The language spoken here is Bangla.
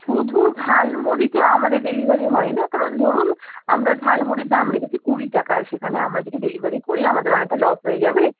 শুধু ঝালমুড়িতে আমাদের ডেলিভারি হয় না কারণ ধরুন আমরা ঝালমুড়ির দাম রেখেছি কুড়ি টাকা সেখানে আমরা যদি ডেলিভারি করি আমাদের অনেকটা লস হয়ে যাবে